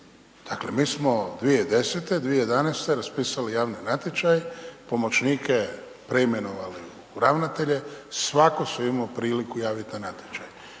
dakle mi smo 2010./2011. raspisali javni natječaj, pomoćnike preimenovali u ravnatelje, svatko se imao priliku javiti na natječaj.